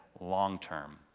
long-term